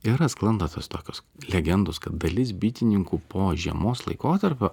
yra sklando tos tokios legendos kad dalis bitininkų po žiemos laikotarpio